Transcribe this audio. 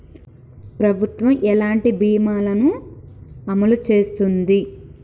ప్రభుత్వం ఎలాంటి బీమా ల ను అమలు చేస్తుంది?